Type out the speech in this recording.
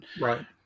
Right